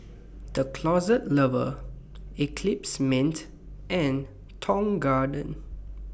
The Closet Lover Eclipse Mints and Tong Garden